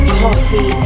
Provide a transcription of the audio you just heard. coffee